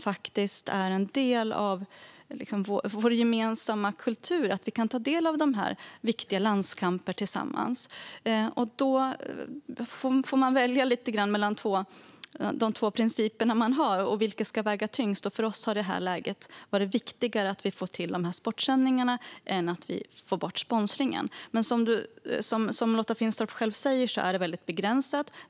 Det är en del av vår gemensamma kultur att vi kan ta del av viktiga landskamper tillsammans, och då får man välja vilken av de två principer man har som ska väga tyngst. För oss har det i detta läge varit viktigare att få till sportsändningarna än att få bort sponsringen. Som Lotta Finstorp sa är det väldigt begränsat.